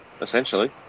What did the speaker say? essentially